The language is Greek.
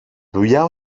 δουλειά